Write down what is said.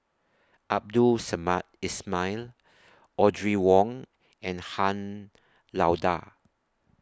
Abdul Samad Ismail Audrey Wong and Han Lao DA